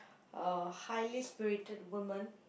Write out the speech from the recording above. uh highly spirited woman